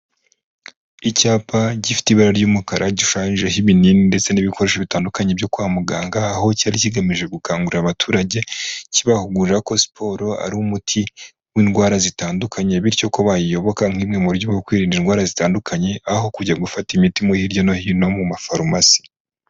Icyapa gifite ibara ry'umukara gishushanyijeho ibinini ndetse n'ibikoresho bitandukanye byo kwa muganga, aho cyari kigamije gukangurira abaturage, kibahugurira ko siporo ari umuti w'indwara zitandukanye, bityo ko bayiyoboka nk'imwe mu buryo bwo kwirinda indwara zitandukanye, aho kujya gufata imiti hirya no hino mu mafarumasi.